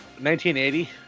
1980